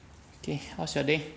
okay how's your day